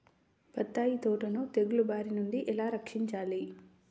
బత్తాయి తోటను తెగులు బారి నుండి ఎలా రక్షించాలి?